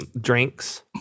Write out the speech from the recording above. drinks